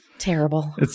terrible